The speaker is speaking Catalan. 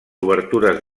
obertures